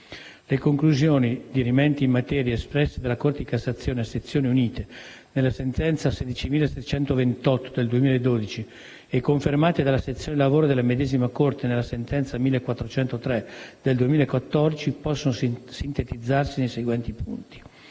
Le conclusioni, dirimenti in materia, espresse dalla Corte di cassazione a sezioni unite nella sentenza n. 16728 del 2012 e confermate dalla sezione lavoro della medesima Corte nella sentenza 1403 del 2014, possono sintetizzarsi nei seguenti punti: